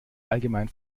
allgemein